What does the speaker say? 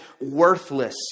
worthless